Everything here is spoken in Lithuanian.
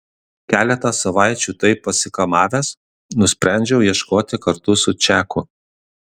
keletą savaičių taip pasikamavęs nusprendžiau ieškoti kartu su čaku